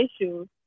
issues